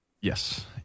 Yes